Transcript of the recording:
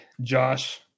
Josh